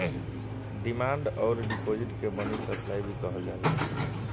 demand अउर deposit के money supply भी कहल जाला